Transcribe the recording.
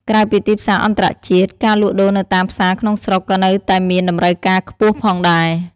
ក្រៅពីទីផ្សារអន្តរជាតិ ការលក់ដូរនៅតាមផ្សារក្នុងស្រុកក៏នៅតែមានតម្រូវការខ្ពស់ផងដែរ។